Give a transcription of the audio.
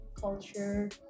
culture